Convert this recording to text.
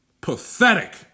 Pathetic